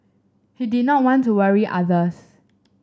he did not want to worry others